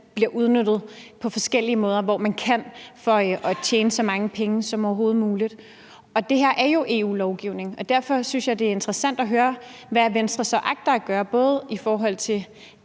bliver udnyttet på forskellige måder, hvor man kan, for at tjene så mange penge som overhovedet muligt. Det her er jo EU-lovgivning, og derfor synes jeg, det er interessant at høre, hvad Venstre så agter at gøre – både i forhold til